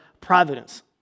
providence